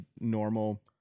normal